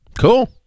Cool